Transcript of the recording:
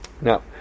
now